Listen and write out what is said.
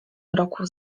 mroku